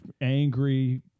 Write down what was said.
angry